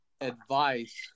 advice